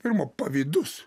pirma pavydus